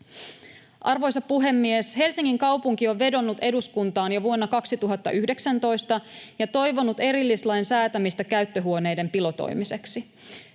Arvoisa puhemies! Helsingin kaupunki on vedonnut eduskuntaan jo vuonna 2019 ja toivonut erillislain säätämistä käyttöhuoneiden pilotoimiseksi.